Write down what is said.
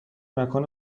مکان